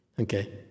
okay